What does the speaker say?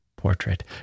Portrait